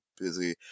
busy